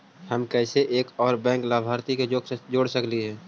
हम कैसे एक और बैंक लाभार्थी के जोड़ सकली हे?